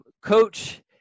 Coach